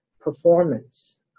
performance